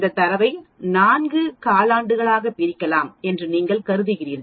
இந்தத் தரவை 4 காலாண்டுகளாக பிரிக்கலாம் என்று நீங்கள் கருதுகிறீர்கள்